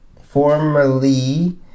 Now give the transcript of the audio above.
formerly